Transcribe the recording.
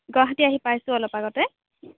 গুৱাহাটী আহি পাইছোঁ অলপ আগতে